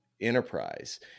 enterprise